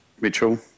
mitchell